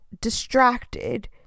distracted